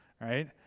right